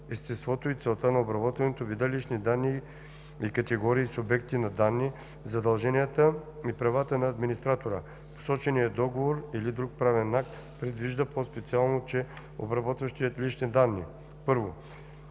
естеството и целта на обработването, вида лични данни и категориите субекти на данни, задълженията и правата на администратора. Посоченият договор или друг правен акт предвижда по-специално, че обработващият лични данни: 1.